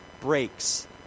breaks